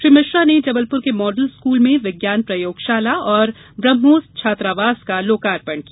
श्री मिश्रा ने जबलपुर के model school में विज्ञान प्रयोगशाला एवं ब्रह्मोस छात्रावास का लोकार्पण किया